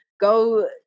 go